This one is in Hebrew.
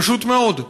פשוט מאוד,